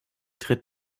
tritt